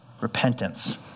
repentance